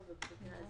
המדינה.